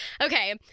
Okay